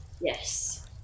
Yes